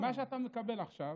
מה שאתה מקבל עכשיו.